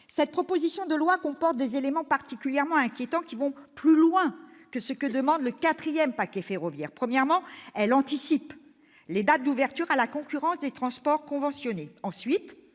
la proposition de loi comporte des éléments particulièrement inquiétants, qui vont plus loin que les exigences du quatrième paquet ferroviaire. Tout d'abord, elle anticipe les dates d'ouverture à la concurrence des transports conventionnés.